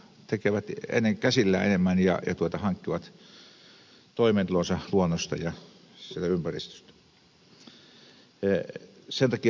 tekevät käsillään enemmän ja hankkivat toimeentulonsa luonnosta ja sieltä ympäristöstä